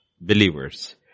believers